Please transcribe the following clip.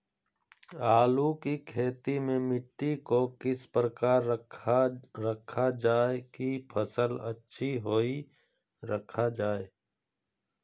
आलू की खेती में मिट्टी को किस प्रकार रखा रखा जाए की फसल अच्छी होई रखा जाए?